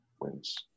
wins